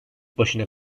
başına